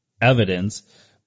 evidence